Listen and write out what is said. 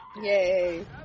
Yay